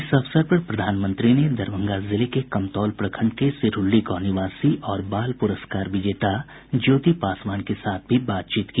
इस अवसर पर प्रधानमंत्री ने दरभंगा जिले के कमतौल प्रखंड के सिरहल्ली गांव निवासी और बाल पुरस्कार विजेता ज्योति पासवान के साथ भी बातचीत की